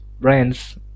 brands